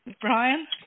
Brian